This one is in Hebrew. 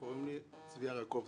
קוראים לי צביה רקובסקי.